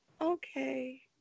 Okay